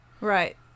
Right